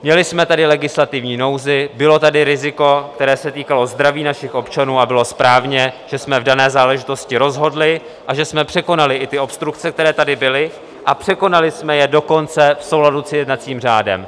Měli jsme tady legislativní nouzi, bylo tady riziko, které se týkalo zdraví našich občanů, a bylo správně, že jsme v dané záležitosti rozhodli a že jsme překonali i obstrukce, které tady byly, a překonali jsme je dokonce v souladu s jednacím řádem.